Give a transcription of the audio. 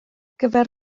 gyfer